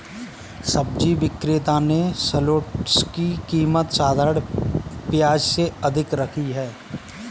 सब्जी विक्रेता ने शलोट्स की कीमत साधारण प्याज से अधिक रखी है